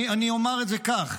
אני אומר את זה כך: